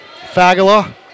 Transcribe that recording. Fagala